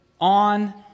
On